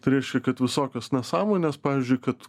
tai reiškia kad visokios nesąmonės pavyzdžiui kad